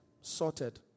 sorted